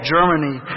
Germany